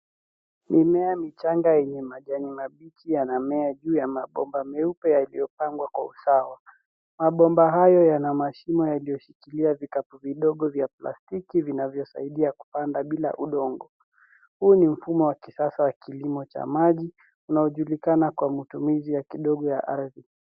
Mimea michanga yenye majani mabichi, yanamea juu ya mabomba meupe yaliyopangwa kwa usawa. Mabomba hayo yana mashimo yaliyoshikilia vikapu vidogo vya plastiki, vinavyosaidia kupanda bila udongo .Huu ni mfumo wa kisasa wa kilimo cha maji, unaojulikana kwa matumizi ya kidogo ya ardhi.